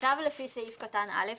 (ב)בצו לפי סעיף קטן (א),